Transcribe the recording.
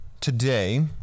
today